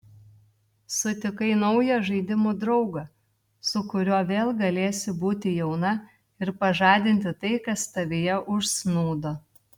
sutikai naują žaidimų draugą su kuriuo vėl galėsi būti jauna ir pažadinti tai kas tavyje užsnūdo